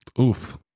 oof